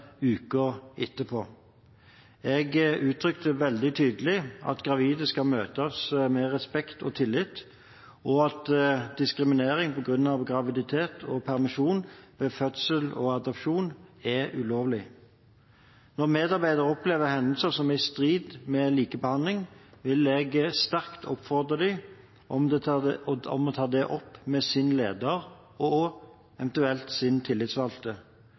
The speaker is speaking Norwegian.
Jeg uttrykte veldig tydelig at gravide skal møtes med respekt og tillit, og at diskriminering på grunn av graviditet og permisjon ved fødsel og adopsjon, er ulovlig. Når medarbeidere opplever hendelser som er i strid med likebehandling, vil jeg sterkt oppfordre dem til å ta det opp med sin leder og eventuelt sin tillitsvalgte.